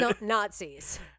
Nazis